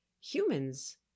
Humans